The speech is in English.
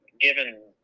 given